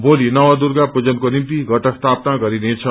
भोलि नव दुर्गा पूजनको निम्ति घटनास्थापना गरिनेछ